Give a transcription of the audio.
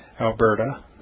Alberta